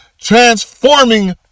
transforming